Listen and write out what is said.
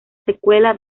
secuela